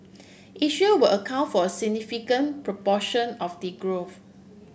Asia will account for significant proportion of the growth